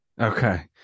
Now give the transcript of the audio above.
Okay